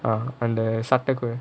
ah அந்த சட்ட கூட:antha satta kuda